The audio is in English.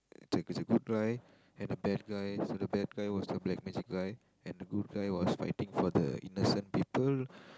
it it's a good guy and a bad guy so the bad guy was fighting the good guy and the good guy was fighting for the innocent people